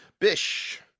Bish